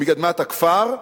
מאדמת הכפר,